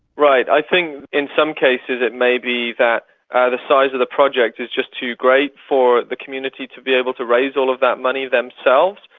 right, i think in some cases it may be that the size of the project is just too great for the community to be able to raise all of that money themselves.